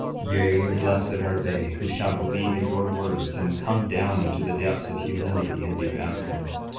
yea, blessed are they who shall believe in your words, and come down into the depths of humility and be baptized,